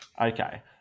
Okay